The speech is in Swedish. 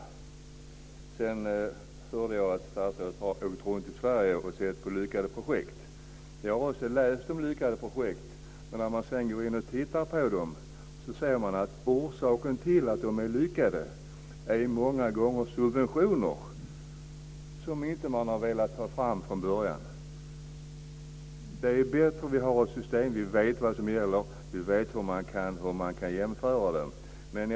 Sedan hörde jag att statsrådet har åkt runt i Sverige och sett på lyckade projekt. Jag har också läst om lyckade projekt, men när man sedan går in och tittar på dem ser man att orsaken till att de är lyckade många gånger är subventioner som man inte har velat ta fram från början. Det är bättre att vi har ett system som gör att vi vet vad som gäller och hur man kan göra jämförelser.